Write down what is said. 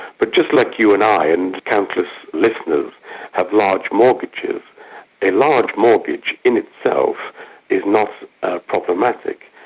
but just like you and i and countless listeners have large mortgages a large mortgage in itself is not problematic.